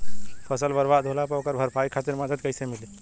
फसल बर्बाद होला पर ओकर भरपाई खातिर मदद कइसे मिली?